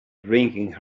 drinking